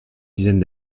dizaines